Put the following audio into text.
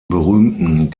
berühmten